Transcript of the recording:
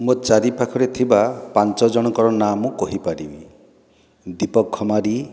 ମୋ' ଚାରିପାଖରେ ଥିବା ପାଞ୍ଚ ଜଣଙ୍କର ନାଁ ମୁଁ କହିପାରିବି ଦୀପକ ଖମାରି